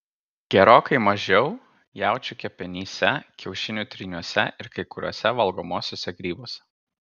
gerokai mažiau jaučių kepenyse kiaušinių tryniuose ir kai kuriuose valgomuosiuose grybuose